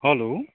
hello